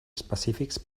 específics